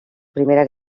primera